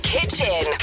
kitchen